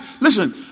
listen